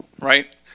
right